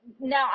now